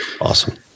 Awesome